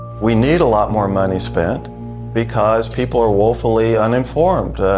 we need a lot more money spent because people are woefully uninformed.